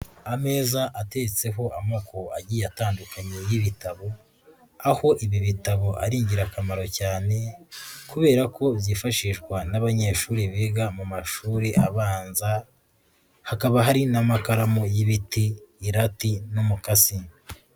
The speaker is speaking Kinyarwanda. Ameza atetseho amoko agiye atandukanye y'ibitabo, aho ibi bitabo ari ingirakamaro cyane kubera ko byifashishwa n'abanyeshuri biga mu mashuri abanza, hakaba hari n'amakaramu y'ibiti irati n'umupasi.